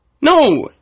No